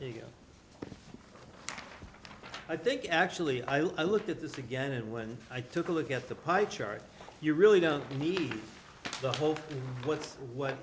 know i think actually i looked at this again and when i took a look at the pie chart you really don't need the whole what's what